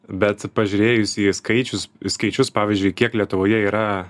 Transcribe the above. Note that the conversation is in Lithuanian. bet pažiūrėjus į skaičius skaičius pavyzdžiui kiek lietuvoje yra